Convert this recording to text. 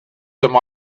some